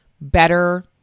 better